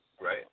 right